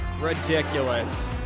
Ridiculous